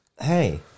hey